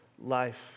life